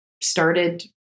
started